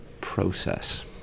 process